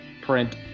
print